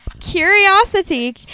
Curiosity